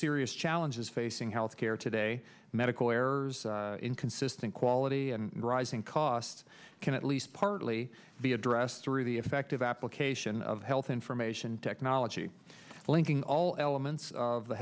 serious challenges facing health care today medical errors in consistent quality and rising costs can at least partly be addressed through the effective application of health information technology linking all elements of the